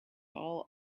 all